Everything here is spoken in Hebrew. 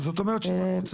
זאת אומרת שאם